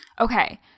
Okay